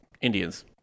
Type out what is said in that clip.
Indians